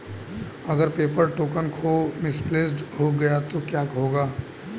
अगर paper token खो misplaced गया तो क्या होगा?